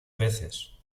veces